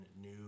new